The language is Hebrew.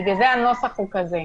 לכן הנוסח הוא כזה.